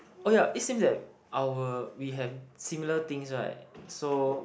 oh ya it seems like our we have similar things right so